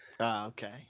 Okay